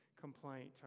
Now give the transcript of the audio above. complaint